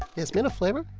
is mint a flavor?